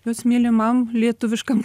jos mylimam lietuviškam